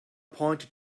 pointed